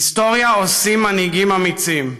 היסטוריה עושים מנהיגים אמיצים.